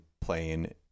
playing